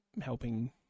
helping